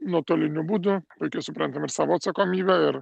nuotoliniu būdu puikiai suprantam ir savo atsakomybę ir